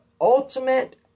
ultimate